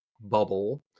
bubble